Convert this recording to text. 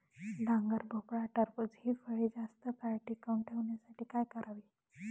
डांगर, भोपळा, टरबूज हि फळे जास्त काळ टिकवून ठेवण्यासाठी काय करावे?